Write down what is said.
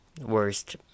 worst